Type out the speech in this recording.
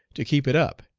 to keep it up,